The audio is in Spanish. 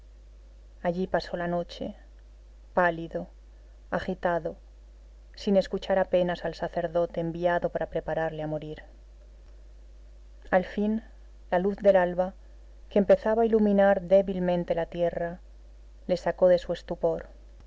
allí pasó la noche pálido agitado sin escuchar apenas al sacerdote enviado para prepararle a morir al fin la luz del alba que empezaba a iluminar débilmente la tierra le sacó de su estupor